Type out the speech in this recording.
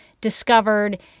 discovered